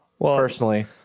personally